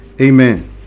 amen